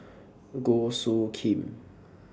Goh Soo Khim